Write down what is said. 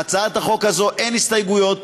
להצעת חוק זו אין הסתייגויות,